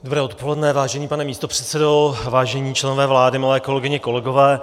Dobré odpoledne, vážený pane místopředsedo, vážení členové vlády, milé kolegyně, kolegové.